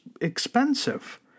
expensive